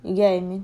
you gave me